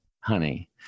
honey